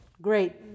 Great